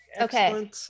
okay